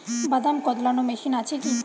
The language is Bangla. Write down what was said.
বাদাম কদলানো মেশিন আছেকি?